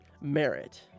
merit